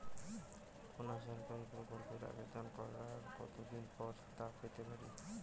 কোনো সরকারি প্রকল্পের আবেদন করার কত দিন পর তা পেতে পারি?